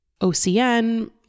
OCN